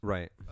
Right